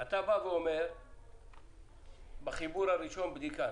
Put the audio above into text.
עוד הערות?